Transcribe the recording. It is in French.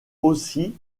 aussi